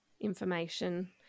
information